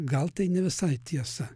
gal tai ne visai tiesa